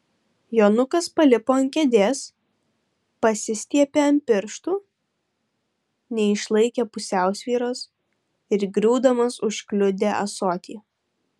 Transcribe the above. jonukas palipo ant kėdės pasistiepė ant pirštų neišlaikė pusiausvyros ir griūdamas užkliudė ąsotį